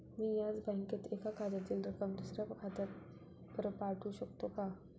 मी याच बँकेत एका खात्यातील रक्कम दुसऱ्या खात्यावर पाठवू शकते का?